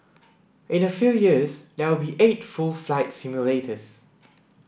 in a few years there will be eight full flight simulators